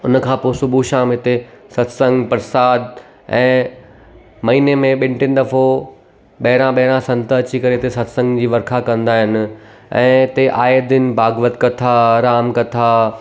हुन खां पोइ सुभु शाम हिते सतसंग परसाद ऐं महिने में ॿिनि टिनि दफ़ो ॿाहिरां ॿाहिरां संत अची करे हिते सतसंग जी वर्खा कंदा आहिनि ऐं हिते आए दिन भाॻवत कथा राम कथा